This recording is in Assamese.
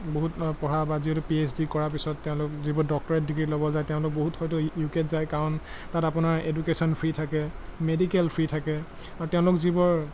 বহুত পঢ়া বা যিহেতু পি এইচ ডি কৰাৰ পিছত তেওঁলোক যিবোৰ ডক্তৰেট ডিগ্ৰী ল'ব যায় তেওঁলোক বহুত হয়তো ইউ কেত যায় কাৰণ তাত আপোনাৰ এডুকেশ্যন ফ্ৰী থাকে মেডিকেল ফ্ৰী থাকে আৰু তেওঁলোক যিবোৰ